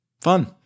Fun